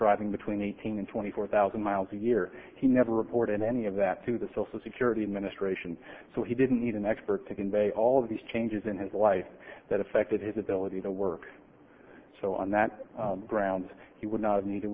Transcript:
driving between eighteen and twenty four thousand miles a year he never reported any of that to the social security administration so he didn't need an expert to convey all of these changes in his life that affected his ability to work so on that grounds he would not ne